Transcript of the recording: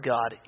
God